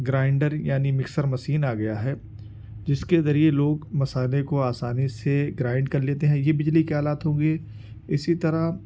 grinder یعنی mixer machine آ گیا ہے جس کے ذریعے لوگ مصالے کو آسانی سے گرائنڈ کر لیتے ہیں یہ بجلی کے آلات ہو گئے اسی طرح